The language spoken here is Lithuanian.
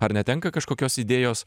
ar netenka kažkokios idėjos